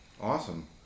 Awesome